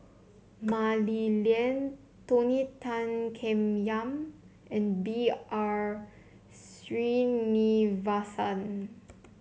Mah Li Lian Tony Tan Keng Yam and B R Sreenivasan